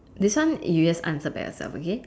this one you just answer back yourself okay